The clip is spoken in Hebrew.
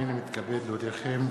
הנני מתכבד להודיעכם,